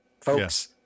Folks